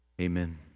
Amen